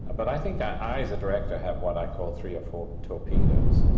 but i think that i, as a director, have what i call three or four torpedoes,